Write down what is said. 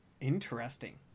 Interesting